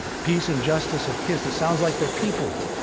peace and justice have kissed it sounds like they're people.